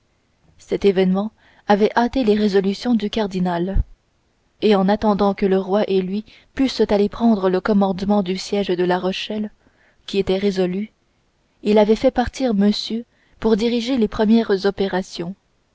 cet événement avait hâté les résolutions du cardinal et en attendant que le roi et lui pussent aller prendre le commandement du siège de la rochelle qui était résolu il avait fait partir monsieur pour diriger les premières opérations